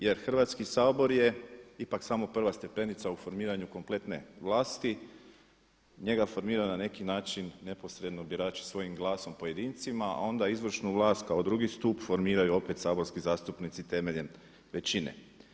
Jer Hrvatski sabor je ipak samo prva stepenica u formiranju kompletne vlasti, njega formira na neki način neposredno birači svojim glasom pojedincima a onda izvršnu vlast kao drugi stup formiraju opet saborski zastupnici temeljem većine.